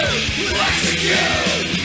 execute